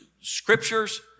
scriptures